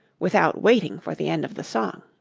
without waiting for the end of the song.